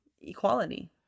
equality